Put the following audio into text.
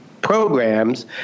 Programs